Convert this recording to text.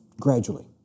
gradually